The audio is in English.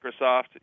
Microsoft